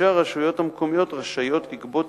כאשר הרשויות המקומיות רשאיות לגבות